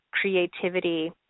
creativity